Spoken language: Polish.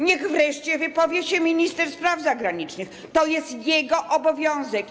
Niech wreszcie wypowie się minister spraw zagranicznych, to jest jego obowiązek.